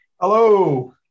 Hello